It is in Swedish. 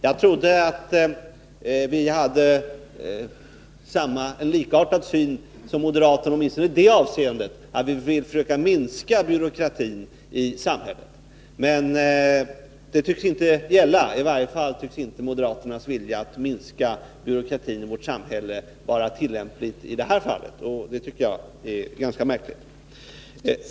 Jag trodde att vår syn på detta var likartad med moderaternas, åtminstone i det avseendet att vi vill försöka minska byråkratin i samhället. I varje fall tycks inte moderaternas vilja att minska byråkratin i vårt samhälle vara tillämplig i det här fallet. Det tycker jag är ganska märkligt.